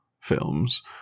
films